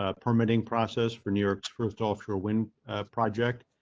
ah permitting process for new york for us to offer when project.